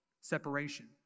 separation